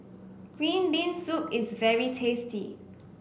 Green Bean Soup is very tasty